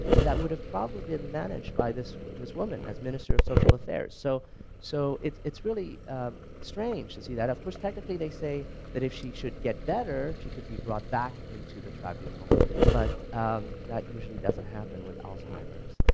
and that would have probably been managed by this this woman as minister of social affairs so so it's it's really strange to see that. of course technically they say if she should get better she could be brought back into the tribunal but that usually doesn't happen with alzheimers.